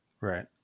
Right